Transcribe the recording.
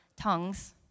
tongues